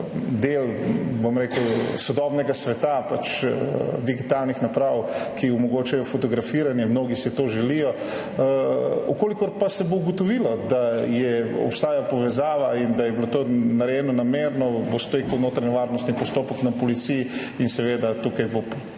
tudi to je del sodobnega sveta, digitalnih naprav, ki omogočajo fotografiranje. Mnogi si to želijo. Če pa se bo ugotovilo, da je obstajala povezava in da je bilo to narejeno namerno, bo stekel notranjevarnostni postopek na policiji in seveda tukaj bo potem